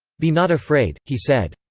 be not afraid he said.